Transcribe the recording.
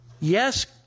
Yes